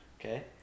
Okay